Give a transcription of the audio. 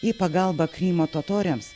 į pagalbą krymo totoriams